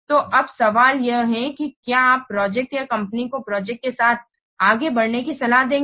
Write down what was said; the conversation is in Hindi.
तो अब सवाल यह है कि क्या आप प्रोजेक्ट या कंपनी को प्रोजेक्ट के साथ आगे बढ़ने की सलाह देंगे